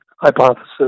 hypothesis